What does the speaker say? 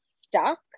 stuck